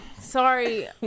Sorry